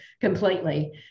completely